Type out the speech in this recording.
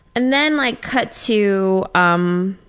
and then like cut to, um